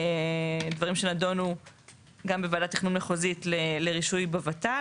שנידונו גם בוועדת תכנון מחוזית לרישוי בות"ל